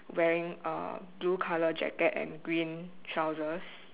wearing a blue colour jacket and green trousers